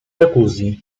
jacuzzi